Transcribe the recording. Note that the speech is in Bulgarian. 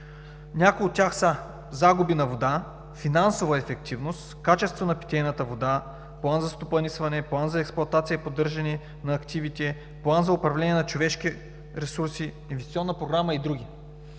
Някои от тях са: загуби на вода, финансова ефективност, качество на питейната вода, план за стопанисване, план за експлоатация и поддържане на активите, план за управление на човешки ресурси, инвестиционна програма и други.